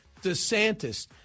DeSantis